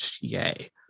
yay